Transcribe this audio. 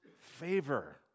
favor